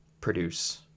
produce